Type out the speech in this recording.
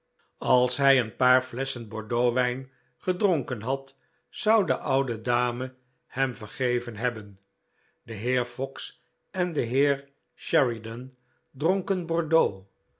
als hij een paar flesschen bordeauxwijn gedronken had zou de oude dame hem vergeven hebben de heer fox en de heer sheridan dronken bordeaux